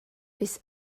bis